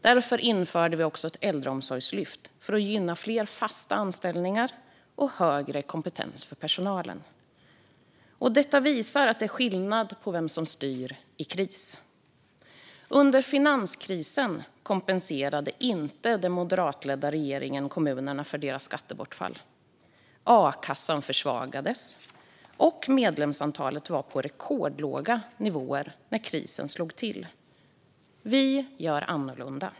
Därför införde vi också ett äldreomsorgslyft för att gynna fler fasta anställningar och högre kompetens för personalen. Detta visar att det är skillnad på vem som styr i en kris. Under finanskrisen kompenserade den moderatledda regeringen inte kommunerna för deras skattebortfall. A-kassan försvagades, och medlemsantalet var på rekordlåga nivåer när krisen slog till. Vi gör annorlunda.